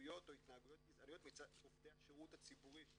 התבטאויות או התנהגויות גזעניות מצד עובדי השירות הציבורי.